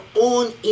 own